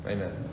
Amen